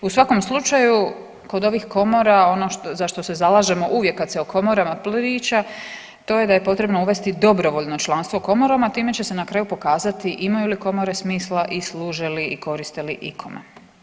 U svakom slučaju kod ovih komora ono za što se zalažemo uvijek kada se o komorama priča to je da je potrebno uvesti dobrovoljno članstvo u komorama time će se na kraju pokazati imaju li komore smisla i služe li ili koriste li ikome?